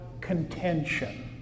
contention